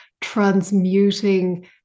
transmuting